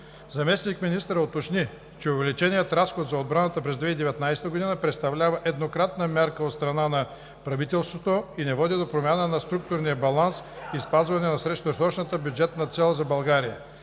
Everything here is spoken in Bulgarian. Заместник-министърът уточни, че увеличеният разход за отбрана през 2019 г. представлява еднократна мярка от страна на правителството и не води до промяна в структурния баланс и спазването на средносрочната бюджетна цел за България.